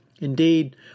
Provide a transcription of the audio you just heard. Indeed